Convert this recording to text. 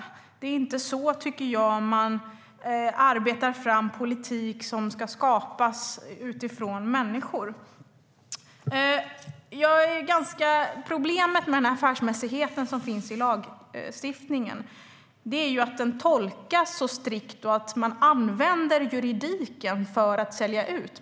Jag tycker inte att det är så man arbetar fram politik som ska skapas utifrån människor. Problemet med affärsmässigheten i lagstiftningen är att den tolkas strikt och att juridiken används som argument för att sälja ut.